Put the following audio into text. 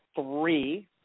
three